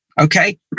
okay